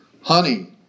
Honey